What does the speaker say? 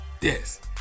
Yes